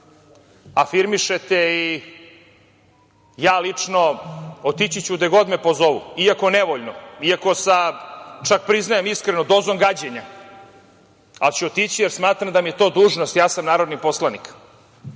afirmišite. Ja lično otići ću gde god me pozovu, iako nevoljno, iako sa, čak priznajem iskreno, dozom gađenja. Ali ću otići, jer smatram da mi je to dužnost, ja sam narodni poslanik. Čast